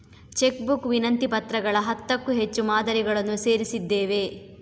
check book ವಿನಂತಿ ಪತ್ರಗಳ ಹತ್ತಕ್ಕೂ ಹೆಚ್ಚು ಮಾದರಿಗಳನ್ನು ಸೇರಿಸಿದ್ದೇವೆ